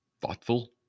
thoughtful